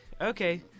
Okay